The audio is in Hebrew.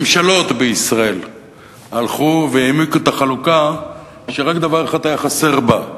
ממשלות בישראל הלכו והעמיקו את החלוקה שרק דבר אחד היה חסר בה: